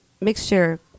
mixture